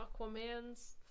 Aquaman's